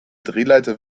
drehleiter